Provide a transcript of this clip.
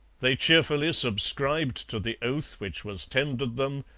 they cheerfully subscribed to the oath which was tendered them,